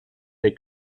der